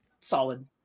Solid